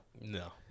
No